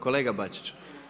Kolega Bačić.